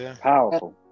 Powerful